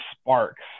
sparks